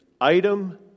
item